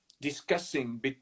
discussing